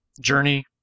journey